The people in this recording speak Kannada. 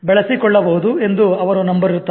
ಬೆಳೆಸಿಕೊಳ್ಳಬಹುದು ಎಂದು ಅವರು ನಂಬಿರುತ್ತಾರೆ